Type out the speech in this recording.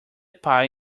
pie